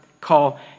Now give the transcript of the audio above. call